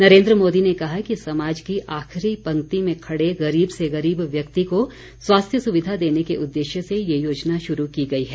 नरेन्द्र मोदी ने कहा कि समाज की आखिरी पंक्ति में खड़े गरीब से गरीब व्यक्ति को स्वास्थ्य सुविधा देने के उद्देश्य से ये योजना शुरू की गई है